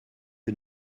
que